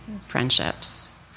friendships